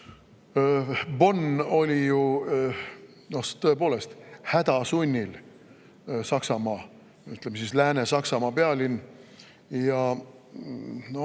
Bonn oli ju tõepoolest häda sunnil Saksamaa, ütleme, Lääne-Saksamaa pealinn.